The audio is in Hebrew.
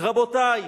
רבותי,